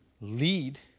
lead